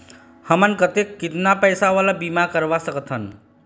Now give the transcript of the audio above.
हमन कतेक कितना पैसा वाला बीमा करवा सकथन?